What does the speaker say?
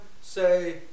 say